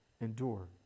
endure